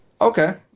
Okay